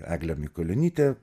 eglė mikulionytė